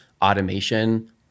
automation